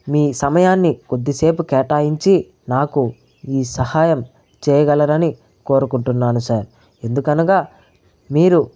మీ సమయాన్ని కొద్దిసేపు కేటాయించి నాకు ఈ సహాయం చేయగలరని కోరుకుంటున్నాను సార్ ఎందుకనగా మీరు